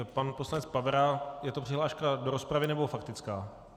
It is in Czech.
Pan poslanec Pavera je to přihláška do rozpravy, nebo faktická?